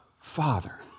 father